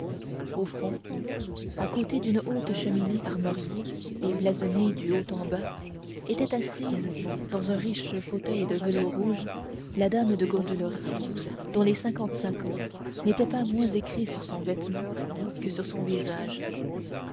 au fond à côté d'une haute cheminée armoriée et blasonnée du haut en bas était assise dans un riche fauteuil de velours rouge la dame de gondelaurier dont les cinquante-cinq ans n'étaient pas moins écrits sur son vêtement que sur son visage